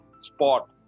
Spot